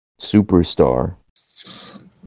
Superstar